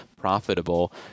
profitable